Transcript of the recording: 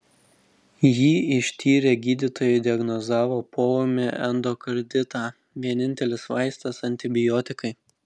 jį ištyrę gydytojai diagnozavo poūmį endokarditą vienintelis vaistas antibiotikai